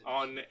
on